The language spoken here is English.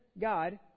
God